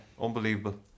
Unbelievable